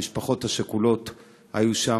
המשפחות השכולות היו שם,